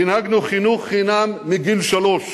הנהגנו חינוך חינם מגיל שלוש.